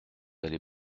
allez